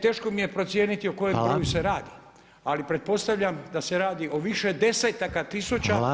Teško mi je procijeniti o kojem se broju radi [[Upadica Reiner: Hvala.]] ali pretpostavljam da se radi o više desetaka tisuća.